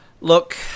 Look